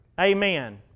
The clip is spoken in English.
Amen